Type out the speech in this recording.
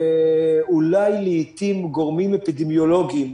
אולי לעיתים גורמים אפידמיולוגיים,